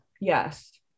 Yes